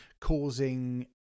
causing